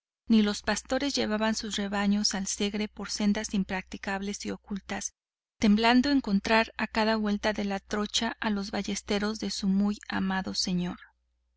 ni los pastores llevaban sus rebaños al segre por sendas impracticables y ocultas temblando encontrar a cada revuelta de la trocha a los ballesteros de su muy amado señor